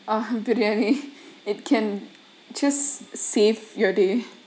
ah it can just save your day